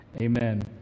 Amen